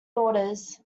daughters